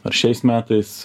ar šiais metais